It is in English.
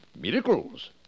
Miracles